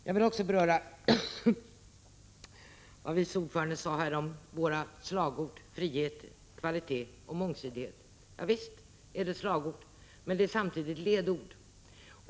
Jag vill också beröra det som vice ordföranden sade om våra slagord frihet, kvalitet och mångsidighet. Ja, visst är de slagord! Men de är samtidigt ledord.